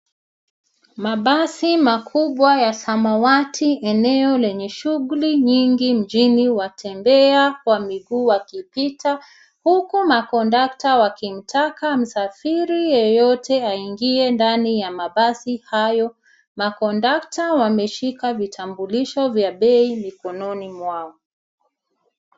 Mabasi makubwa ya samawati eneo lenye shughuli nyingi mjini. Watembea kwa miguu wakipita huku makondakta wakimtaka msafiri yeyote aingie ndani ya mbasi hayo. Makondakta wameshika vitambulisho vya bei mikononi mwao.